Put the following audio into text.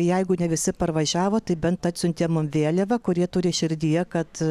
jeigu ne visi parvažiavo tai bent atsiuntė mum vėliavą kurie turi širdyje kad